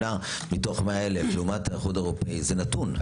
מתוך 100,000 לעומת האיחוד האירופי זה נתון.